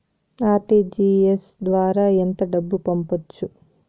RTGS ద్వారా ఎంత డబ్బు పంపొచ్చు?